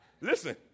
Listen